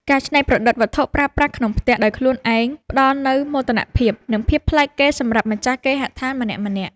ការច្នៃប្រឌិតវត្ថុប្រើប្រាស់ក្នុងផ្ទះដោយខ្លួនឯងផ្ដល់នូវមោទនភាព និង ភាពប្លែកគេសម្រាប់ម្ចាស់គេហដ្ឋានម្នាក់ៗ។